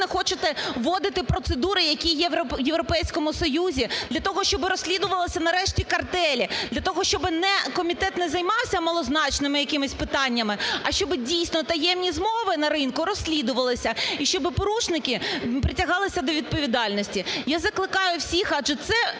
хочете вводити процедури, які є в Європейському Союзі для того, щоб розслідувалися нарешті картелі, для того, щоб комітет не займався малозначними якимись питаннями, а щоб дійсно таємні змови на ринку розслідувалися і щоб порушники притягалися до відповідальності? Я закликаю всіх, адже це